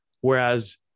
Whereas